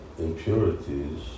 impurities